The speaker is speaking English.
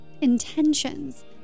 intentions